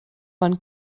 man